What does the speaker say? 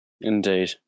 Indeed